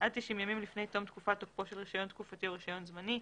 עד 90 ימים לפניי תום תקופת תוקפו של רישיון תקופתי או רישיון זמני,